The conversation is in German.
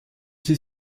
sie